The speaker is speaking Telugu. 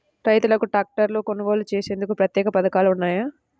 రైతులకు ట్రాక్టర్లు కొనుగోలు చేసేందుకు ప్రత్యేక పథకాలు ఉన్నాయా?